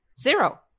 zero